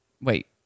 Wait